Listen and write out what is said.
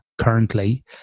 currently